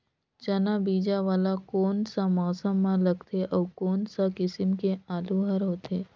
चाना बीजा वाला कोन सा मौसम म लगथे अउ कोन सा किसम के आलू हर होथे?